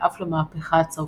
ואף למהפכה הצרפתית.